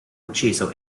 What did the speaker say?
ucciso